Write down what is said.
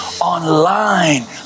online